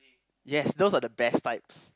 yes those are the best types